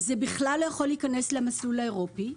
הוא בכלל לא יכול להיכנס למסלול האירופי.